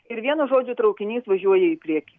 ir vienu žodžiu traukinys važiuoja į priekį